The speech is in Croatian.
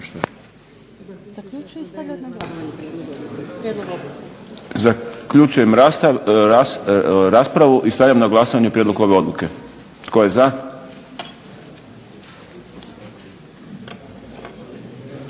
Zaključujem raspravu i stavljam na glasovanje prijedlog ove odluke. Tko je za?